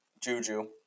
Juju